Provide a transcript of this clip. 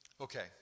Okay